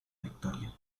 victoria